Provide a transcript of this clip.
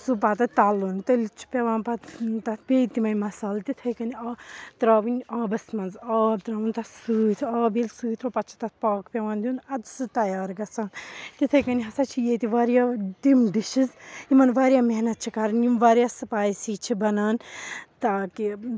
سُہ پَتہٕ تلُن تیٚلہِ چھُ پٮ۪وان پَتہٕ تَتھ بیٚیہِ تِمے مَسالہٕ تِتھٕے کٔنۍ ترٛاوٕنۍ آبَس منٛز آب ترٛاوُن تَتھ سٍتۍ آب ییٚلہِ سٍتۍ ترٛوو پَتہٕ چھُ تَتھ پاک پٮ۪وان دِیُن اَدٕ چھُ سٔہ تَیار گَژھان تِتھٕے کٔنۍ ہَسا چھِ ییٚتہِ وارِیاہ تِم ڈِشِز یِمَن وارِیاہ محنت چھِ کَرٕنۍ یِم وارِیاہ سُپایسی چھِ بَنان تاکہِ